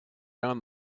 down